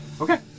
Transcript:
Okay